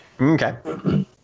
Okay